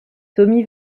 tommy